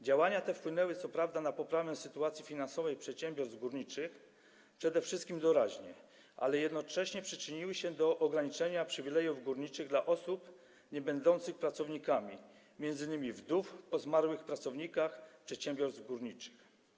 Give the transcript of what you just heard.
Działania te wpłynęły co prawda na poprawę sytuacji finansowej przedsiębiorstw górniczych, przede wszystkim doraźnie, ale jednocześnie przyczyniły się do ograniczenia przywilejów górniczych dla osób niebędących pracownikami, m.in. wdów po zmarłych pracownikach przedsiębiorstw górniczych.